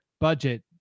budget